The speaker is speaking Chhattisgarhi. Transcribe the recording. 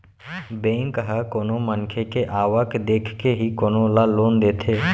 बेंक ह कोनो मनखे के आवक देखके ही कोनो ल लोन देथे